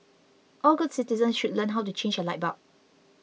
all good citizens should learn how to change a light bulb